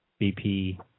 BP